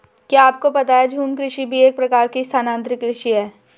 क्या आपको पता है झूम कृषि भी एक प्रकार की स्थानान्तरी कृषि ही है?